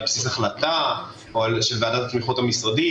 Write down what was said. בסיס החלטה של ועדת התמיכות המשרדית,